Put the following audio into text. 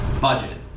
budget